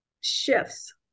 shifts